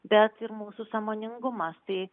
bet ir mūsų sąmoningumas tai